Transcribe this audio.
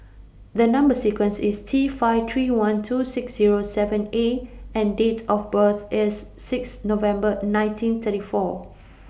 The Number sequence IS T five three one two six Zero seven A and Date of birth IS six November nineteen thirty four